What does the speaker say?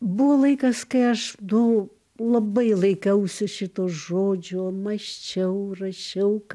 buvo laikas kai aš nu labai laikausi šito žodžio mąsčiau rašiau